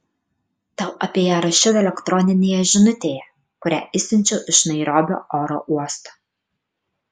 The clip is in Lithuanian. tau apie ją rašiau elektroninėje žinutėje kurią išsiunčiau iš nairobio oro uosto